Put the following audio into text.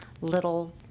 little